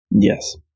Yes